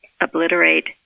obliterate